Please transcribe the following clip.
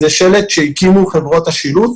זה שלט שהקימו חברות השילוט.